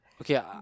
Okay